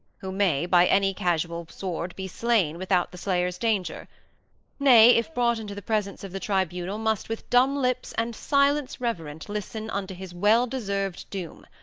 who may by any casual sword be slain without the slayer's danger nay, if brought into the presence of the tribunal, must with dumb lips and silence reverent listen unto his well-deserved doom,